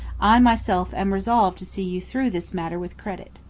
i myself am resolved to see you through this matter with credit.